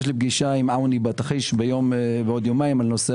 פגישה עם- -- בתחיש עוד יומיים בנושא